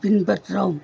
பின்பற்றவும்